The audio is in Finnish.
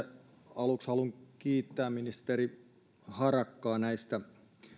aluksi haluan kiittää ministeri harakkaa näistä